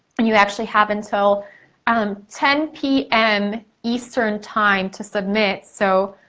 and you actually have until um ten p m. eastern time to submit so,